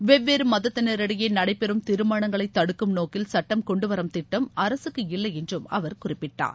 வெவ்வேறு மதத்தினிடையே நடைபெறும் திருமணங்களை தடுக்கும் நோக்கில் சட்டம் கொண்டுவரும் திட்டம் அரசுக்கு இல்லையென்றும் அவர் குறிப்பிட்டார்